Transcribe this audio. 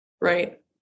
right